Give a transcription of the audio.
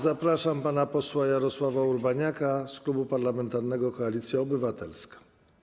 Zapraszam pana posła Jarosława Urbaniaka z Klubu Parlamentarnego Koalicja Obywatelska.